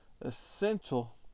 essential